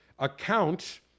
account